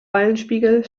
eulenspiegel